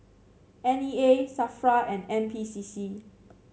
N E A Safra and N P C C